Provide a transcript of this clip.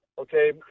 Okay